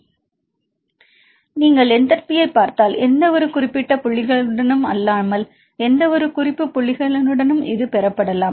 எனவே நீங்கள் என்டல்பியைப் பார்த்தால் எந்தவொரு குறிப்பிட்ட புள்ளிகளுடனும் அல்லாமல் எந்தவொரு குறிப்பு புள்ளிகளுடனும் இது பெறப்படலாம்